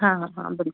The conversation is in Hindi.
हाँ हाँ बिल